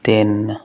ਤਿੰਨ